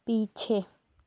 पीछे